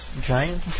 Giant